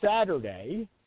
Saturday